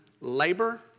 labor